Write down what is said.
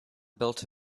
built